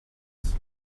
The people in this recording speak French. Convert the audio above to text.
sont